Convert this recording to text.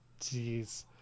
Jeez